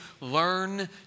learn